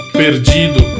perdido